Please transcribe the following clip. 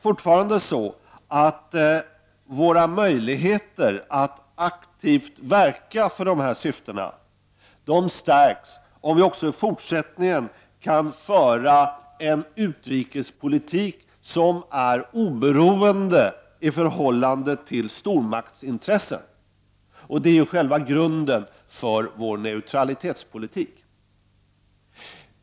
Fortfarande stärks våra möjligheter att aktivt verka för dessa syften om vi också i fortsättningen kan föra en utrikespolitik som är oberoende i förhållande till stormaktsintressen. Och det är ju själva grunden för vår neutralitetspolitik.